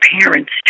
parents